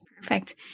Perfect